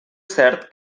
cert